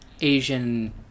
Asian